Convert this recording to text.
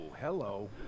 Hello